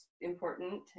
important